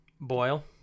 boil